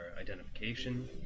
identification